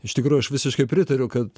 iš tikrųjų aš visiškai pritariu kad